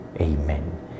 Amen